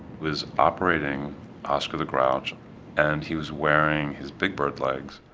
was operating oscar the grouch and and he was wearing his big bird legs.